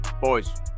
Boys